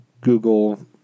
Google